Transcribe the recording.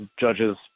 judges